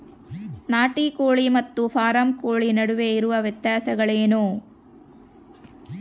ನಾಟಿ ಕೋಳಿ ಮತ್ತು ಫಾರಂ ಕೋಳಿ ನಡುವೆ ಇರುವ ವ್ಯತ್ಯಾಸಗಳೇನು?